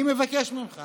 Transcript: אני מבקש ממך